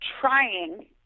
trying